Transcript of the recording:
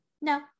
No